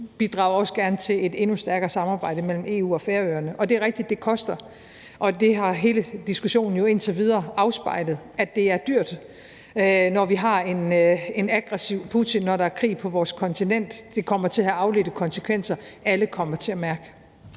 bidrager til, et endnu stærkere samarbejde mellem EU og Færøerne. Og det er rigtigt, at det koster, og hele diskussionen har jo indtil videre afspejlet, at det er dyrt, når vi har en aggressiv Putin, når der er krig på vores kontinent. Det kommer til at have afledte konsekvenser, alle kommer til at mærke.